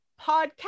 podcast